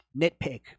nitpick